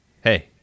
hey